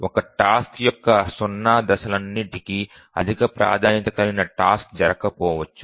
ఒక టాస్క్ యొక్క 0 దశలన్నింటికీ అధిక ప్రాధాన్యత కలిగిన టాస్క్ జరగకపోవచ్చు